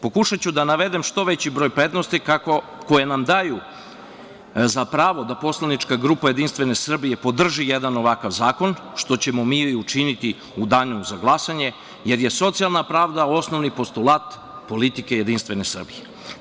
Pokušaću da navedem što veći broj prednosti koje nam daju za pravo da poslanička grupa Jedinstvene Srbije podrži jedan ovakav zakon, što ćemo mi i učiniti u Danu za glasanje, jer je socijalna pravda osnovni postulat politike Jedinstvene Srbije.